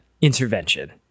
intervention